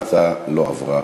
ההצעה לא עברה,